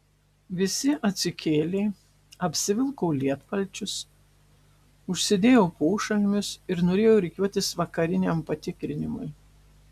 visi atsikėlė apsivilko lietpalčius užsidėjo pošalmius ir nuėjo rikiuotis vakariniam patikrinimui